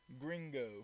gringo